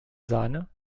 sahne